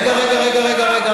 הסכמות בכנסת, רגע, רגע.